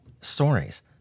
stories